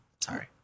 Sorry